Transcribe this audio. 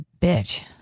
bitch